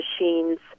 machines